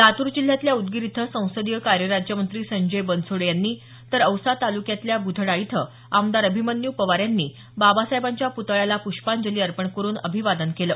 लातूर जिल्ह्यातल्या उदगीर इथं संसदीय कार्य राज्यमंत्री संजय बनसोडे यांनी तर औसा तालुक्यातल्या बुधडा इथं आमदार अभिमन्यू पवार यांनी बाबासाहेबांच्या पुतळ्याला प्ष्पांजली अर्पण करुन अभिवादन केलं